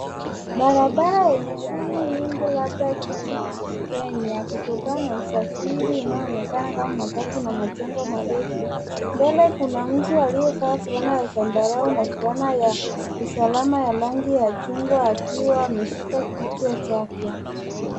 Barabara yenye shughuli nyingi labda jiji Kenya kutokana na usafiri unaonekana kama matatu na majengo marefu. Mbele kuna mtu aliyevaa fulana ya rangi ya zambarau na fulana ya usalama ya rangi ya chungwa akiwa ameshika kichwa chake.